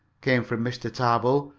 came from mr. tarbill.